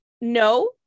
no